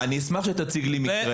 אני אשמח שתציג לי מקרה.